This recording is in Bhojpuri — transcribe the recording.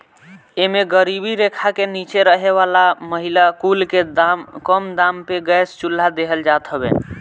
एमे गरीबी रेखा के नीचे रहे वाला महिला कुल के कम दाम पे गैस चुल्हा देहल जात हवे